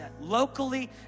locally